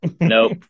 Nope